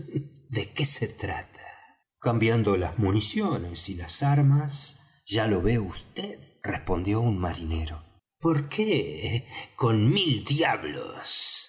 de qué se trata cambiando las municiones y las armas ya lo ve vd respondió un marinero por qué con mil diablos